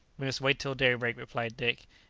we must wait till daybreak, replied dick,